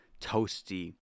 toasty